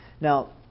Now